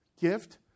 gift